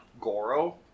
goro